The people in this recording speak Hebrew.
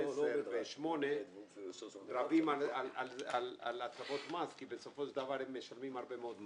עשר ושמונה רבים על הטבות מס כי בסופו של דבר הם משלמים הרבה מאוד מס,